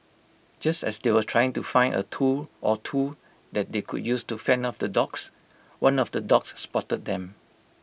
just as they were trying to find A tool or two that they could use to fend off the dogs one of the dogs spotted them